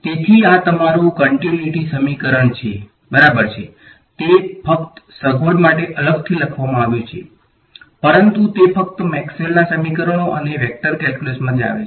તેથી આ તમારું કંટીન્યુટી સમીકરણ બરાબર છે તે ફક્ત સગવડ માટે અલગથી લખવામાં આવ્યું છે પરંતુ તે ફક્ત મેક્સવેલના સમીકરણો અને વેક્ટર કેલ્ક્યુલસમાંથી આવે છે